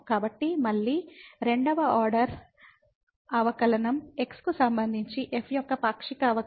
కాబట్టి మళ్ళీ రెండవ ఆర్డర్ అవకలనం x కు సంబంధించి f యొక్క పాక్షిక అవకలనం